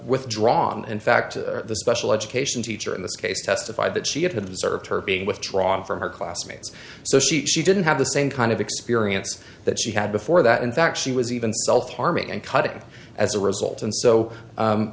withdrawn in fact the special education teacher in this case testified that she had deserved her being withdrawn from her classmates so she didn't have the same kind of experience that she had before that in fact she was even self harming and cutting as a result and so